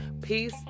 Peace